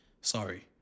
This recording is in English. sorry